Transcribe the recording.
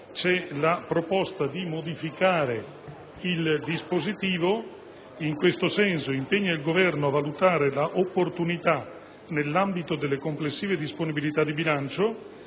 propongo di modificarne il dispositivo in tal senso: «impegna il Governo a valutare la opportunità - nell'ambito delle complessive disponibilità di bilancio